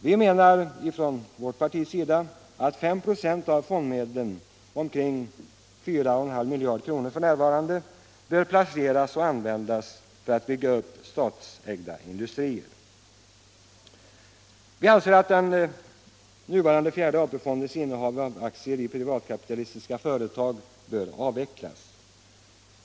Vi menar i vårt parti att 5 96 av fondmedlen —- omkring 4,5 miljarder f. n. — bör placeras och användas för att bygga upp statsägda industrier och att den nuvarande fjärde AP-fondens innehav av aktier i privatkapitalistiska företag bör avvecklas.